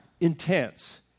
intense